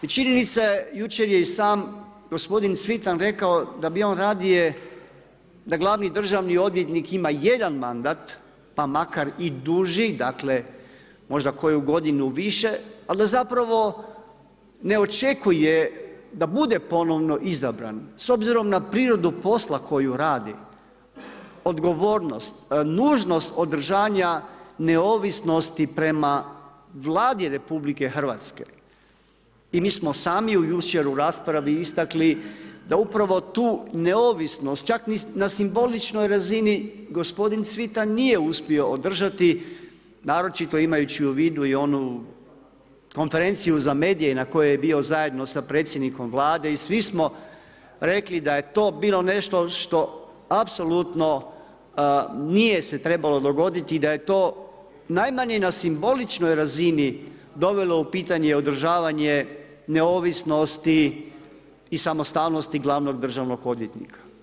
Činjenica je, jučer je i sam gospodin Cvitan rekao da bi on radije da glavni državni odvjetnik ima jedan mandat pa makar i duži, dakle možda koju godinu više, ali da zapravo ne očekuje da bude ponovno izabran, s obzirom na prirodu posla koju radi, odgovornost, nužnost održanja neovisnosti prema Vladi RH i mi smo sami jučer u raspravi istakli da upravo tu neovisnost, čak na simboličnoj razini gospodin Cvitan nije uspio održati, naročito imajući u vidu konferenciju za medije na kojoj je bio zajedno sa predsjednikom Vlade i svi smo rekli da je to bilo nešto što apsolutno nije se trebalo dogoditi da je to najmanje na simboličnoj razini dovelo u pitanje održavanje neovisnosti i samostalnosti glavnog državnog odvjetnika.